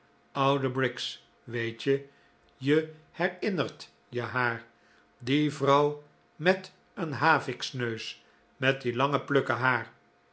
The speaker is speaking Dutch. oude briggs weet je je herinnert je haar die vrouw met den haviksneus met die lange plukken haar